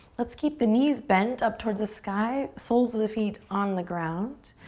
let's keep the knees bent up towards the sky, soles of the feet on the ground.